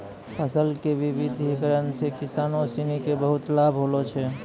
फसल के विविधिकरण सॅ किसानों सिनि क बहुत लाभ होलो छै